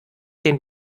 den